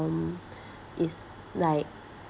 um it's like